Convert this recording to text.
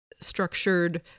structured